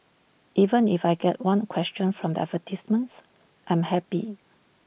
even if I get one question from the advertisements I am happy